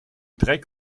dreck